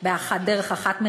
דרך אחת מרגליו.